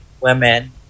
women